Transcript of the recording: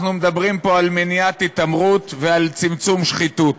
אנחנו מדברים פה על מניעת התעמרות ועל צמצום שחיתות.